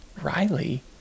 Riley